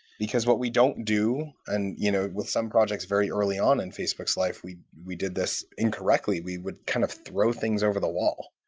because what we don't do and you know with some projects very early on in facebook's life, we we did this incorrectly. we would kind of throw things over the wall.